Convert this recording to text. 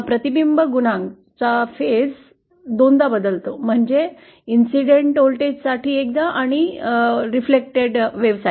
प्रतिबिंब गुणांका चा phase दोनदा बदलते म्हणजे घटने व्होल्टेज आणि प्रतिबिंबित लाटा साठी